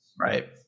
right